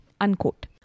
unquote